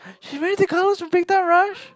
he married the girls from Big-Time-Rush